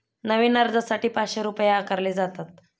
नवीन अर्जासाठी पाचशे रुपये आकारले जातात